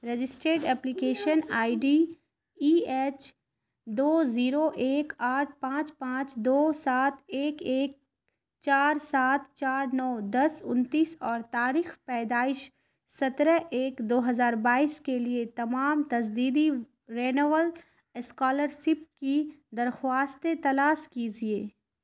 registered application I D E H دو zero ایک آٹھ پانچ پانچ دو سات ایک ایک چار سات چار نو دس انتیس اور تاریخ پیدائش سترہ ایک دو ہزار بائیس کے لیے تمام تجدیدی رینول اسکالر سپ کی درخواستیں تلاش کیجیے